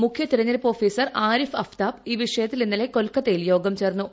മുഖ്യ തെരഞ്ഞെടുപ്പ് ഓഫീസർ ആരിഫ് അഫ്താബ് ഈ വിഷയത്തിൽ ഇന്നലെ കൊൽക്കത്തയിൽ യോഗം ചേർന്നു